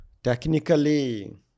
Technically